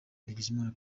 ndagijimana